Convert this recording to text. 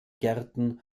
gärten